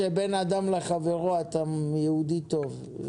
אם אתה עושה מצוות שבין אדם לחברו אתה יהודי טוב.